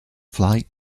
fly